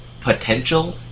potential